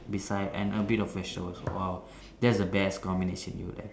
beside and a bit of vegetables !wow! thats the best combination you would have